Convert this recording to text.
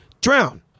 drown